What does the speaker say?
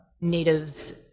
natives